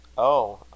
Oh